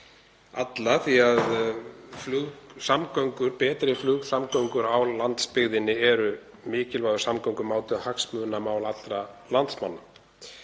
máli því að betri flugsamgöngur á landsbyggðinni eru mikilvægur samgöngumáti og hagsmunamál allra landsmanna.